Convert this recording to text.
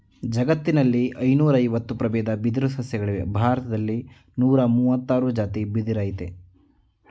ಜಗತ್ತಿನಲ್ಲಿ ಐನೂರಐವತ್ತು ಪ್ರಬೇದ ಬಿದಿರು ಸಸ್ಯಗಳಿವೆ ಭಾರತ್ದಲ್ಲಿ ನೂರಮುವತ್ತಾರ್ ಜಾತಿ ಬಿದಿರಯ್ತೆ